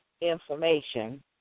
information